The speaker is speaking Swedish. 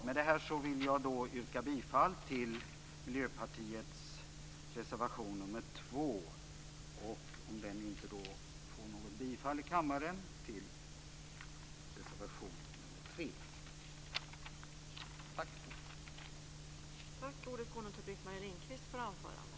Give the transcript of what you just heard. Med det här vill jag yrka bifall till Miljöpartiets reservation 2 och, om den inte får något bifall i kammaren, till reservation 3.